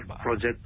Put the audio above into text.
project